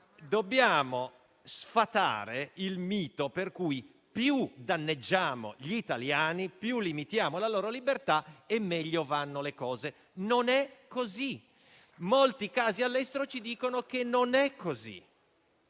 dobbiamo sfatare il mito per cui più danneggiamo gli italiani, più limitiamo la loro libertà e meglio vanno le cose. Non è così; molti casi all'estero ci dicono che non è così.